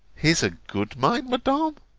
his a good mind, madam?